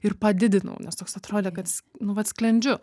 ir padidinau nes toks atrodė kad nu vat sklendžiu